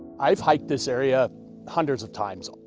i've hiked this area hundreds of times.